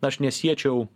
aš nesiečiau